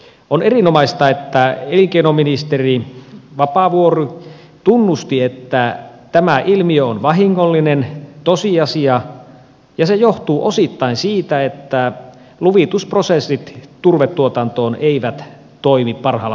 on erinomaista että elinkeinoministeri vapaavuori tunnusti että tämä ilmiö on vahingollinen tosiasia ja se johtuu osittain siitä että luvitusprosessit turvetuotantoon eivät toimi parhaalla mahdollisella tavalla